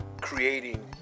creating